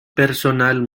personal